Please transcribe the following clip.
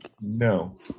No